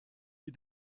die